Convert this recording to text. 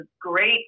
great